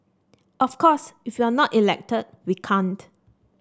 of course if we're not elected we can't